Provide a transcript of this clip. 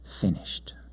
finished